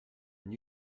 and